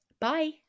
Bye